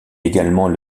également